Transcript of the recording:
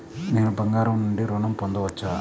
నేను బంగారం నుండి ఋణం పొందవచ్చా?